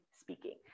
speaking